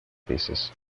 dices